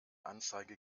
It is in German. anzeige